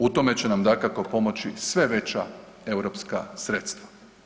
U tome će nam dakako pomoći sve veća europska sredstva.